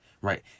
right